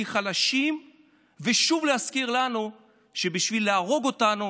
כחלשים ושוב להזכיר לנו שבשביל להרוג אותנו